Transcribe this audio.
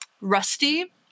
rusty